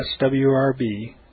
swrb